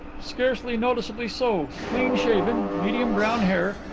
scarcely noticeably so. clean-shaven. medium brown hair.